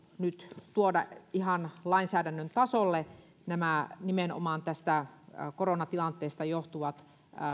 nyt tuoda ihan lainsäädännön tasolle nimenomaan tästä koronatilanteesta johtuvat